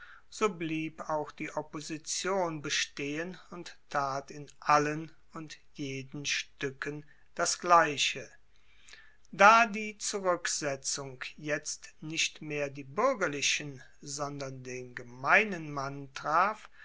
so blieb auch die opposition bestehen und tat in allen und jeden stuecken das gleiche da die zuruecksetzung jetzt nicht mehr die buergerlichen sondern den gemeinen mann traf